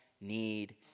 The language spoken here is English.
need